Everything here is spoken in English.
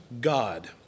God